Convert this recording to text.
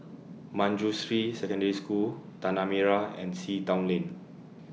Manjusri Secondary School Tanah Merah and Sea Town Lane